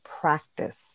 practice